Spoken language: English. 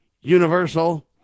Universal